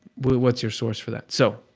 what's your source for that? so,